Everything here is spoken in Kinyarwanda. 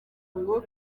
ngo